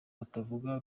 batavuga